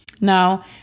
Now